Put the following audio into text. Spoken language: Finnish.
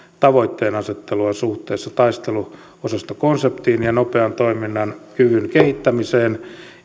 tavoitteenasettelua suhteessa taisteluosastokonseptiin ja nopean toiminnan kyvyn kehittämiseen